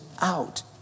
out